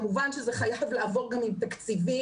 כמובן שזה חייב לעבור גם עם תקציבים.